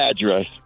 Address